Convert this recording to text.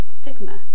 stigma